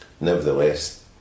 Nevertheless